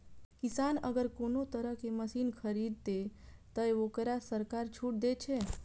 किसान अगर कोनो तरह के मशीन खरीद ते तय वोकरा सरकार छूट दे छे?